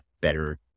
better